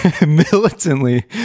militantly